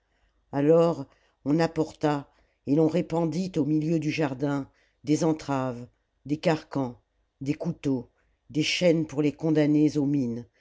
alors on apporta et l'on répandit au milieu du jardin des entraves des carcans des couteaux des chaînes pour les condamnés aux mines